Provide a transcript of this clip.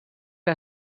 que